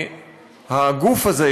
והגוף הזה,